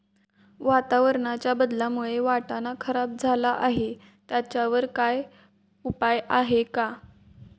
वातावरणाच्या बदलामुळे वाटाणा खराब झाला आहे त्याच्यावर काय उपाय आहे का?